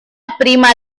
prima